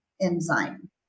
enzyme